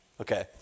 Okay